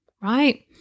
right